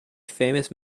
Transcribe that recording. famous